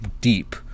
deep